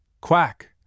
Quack